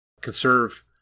conserve